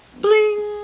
bling